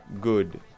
good